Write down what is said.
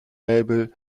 label